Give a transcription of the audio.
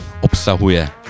obsahuje